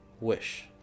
Wish